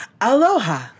Aloha